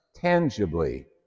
tangibly